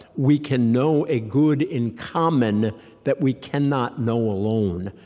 we can know a good in common that we cannot know alone.